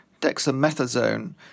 dexamethasone